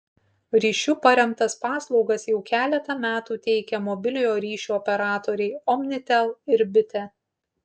ryšiu paremtas paslaugas jau keletą metų teikia mobiliojo ryšio operatoriai omnitel ir bitė